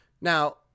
Now